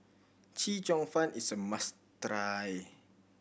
Chee Cheong Fun is a must try